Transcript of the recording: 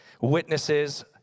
witnesses